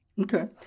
okay